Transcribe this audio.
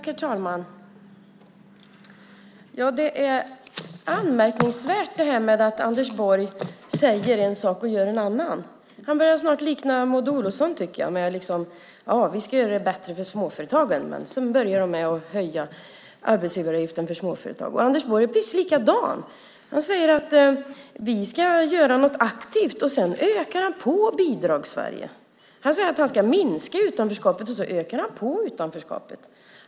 Herr talman! Det är anmärkningsvärt att Anders Borg säger en sak och gör en annan. Han börjar snart likna Maud Olofsson som säger att hon ska göra det bättre för småföretagen men höjer arbetsgivaravgiften för småföretag. Anders Borg gör precis likadant. Han säger att han ska göra något aktivt och sedan ökar han på Bidragssverige. Han säger att han ska minska utanförskapet och sedan ökar han på utanförskapet.